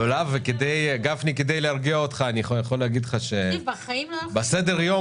כדי להרגיע אותך אני יכול לומר לך שבסדר היום